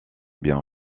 bien